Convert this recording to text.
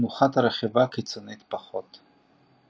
ותנוחת הרכיבה קיצונית פחות.